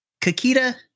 Kakita